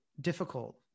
difficult